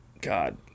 God